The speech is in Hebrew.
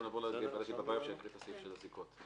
--- עורך דין בביוף שיקריא את הסעיף של הזיקות.